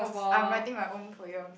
I'm writing my own poem